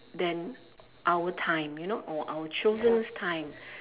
than our time you know or our children's time